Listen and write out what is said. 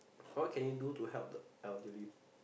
what can you do to help the elderly